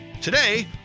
Today